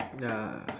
ya